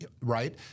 right